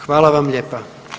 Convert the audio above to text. Hvala vam lijepa.